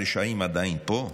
הרשעים עדיין פה?